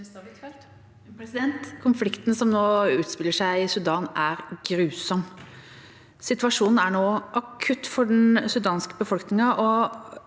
Konflikten som nå utspiller seg i Sudan, er grusom. Situasjonen er akutt for den sudanske befolkningen,